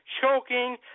choking